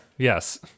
Yes